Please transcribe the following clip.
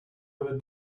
ever